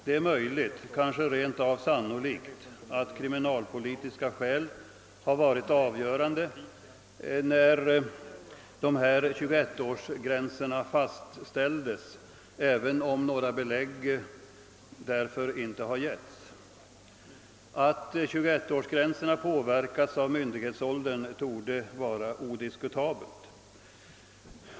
Det är möjligt, kanske rent av sannolikt, att kriminalpolitiska skäl var avgörande när 21-årsgränsen fastställdes, även om några belägg därför inte har givits. Att 21-årsgränserna påverkats av myndighetsåldern torde vara odiskutabelt.